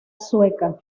sueca